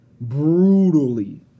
brutally